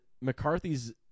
McCarthy's